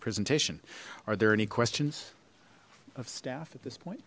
presentation are there any questions of staff at this